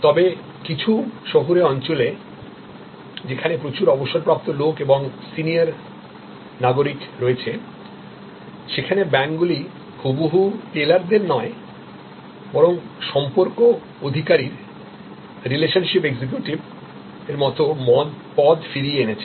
তবে কিছু শহুরে অঞ্চলে যেখানে প্রচুর অবসরপ্রাপ্ত লোক এবং সিনিয়র নাগরিক রয়েছে সেখানে ব্যাংকগুলি হুবহু টেলারদের নয় বরং সম্পর্ক আধিকারিররিলেশনশিপ এক্সিকিউটিভমত পদ ফিরিয়ে এনেছে